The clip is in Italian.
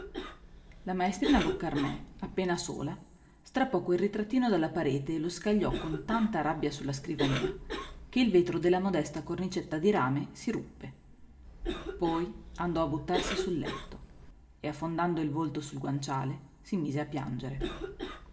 la maestrina boccarmè appena sola strappò quel ritrattino dalla parete e lo scagliò con tanta rabbia sulla scrivania che il vetro della modesta cornicetta di rame si ruppe poi andò a buttarsi sul letto e affondando il volto sul guanciale si mise a piangere